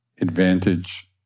advantage